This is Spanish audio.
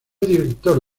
director